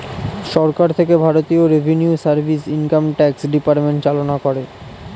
সরকার থেকে ভারতীয় revenue service, income tax department চালনা করে